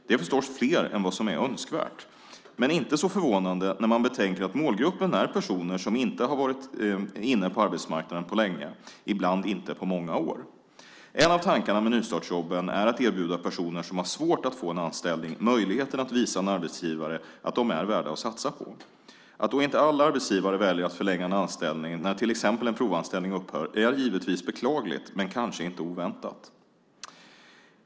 Det är förstås fler än vad som är önskvärt, men inte så förvånande när man betänker att målgruppen är personer som inte har varit inne på arbetsmarknaden på länge, ibland inte på många år. En av tankarna med nystartsjobben är att erbjuda personer som har svårt att få en anställning möjligheten att visa en arbetsgivare att de är värda att satsa på. Att då inte alla arbetsgivare väljer att förlänga en anställning när till exempel en provanställning upphör är givetvis beklagligt, men kanske inte oväntat.